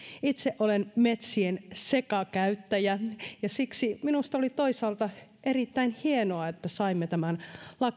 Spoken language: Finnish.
itse olen metsien sekakäyttäjä ja siksi minusta oli toisaalta erittäin hienoa että saimme tämän